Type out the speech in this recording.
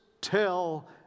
tell